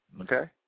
Okay